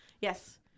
Yes